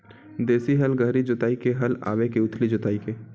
देशी हल गहरी जोताई के हल आवे के उथली जोताई के?